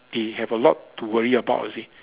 they have a lot to worry about you see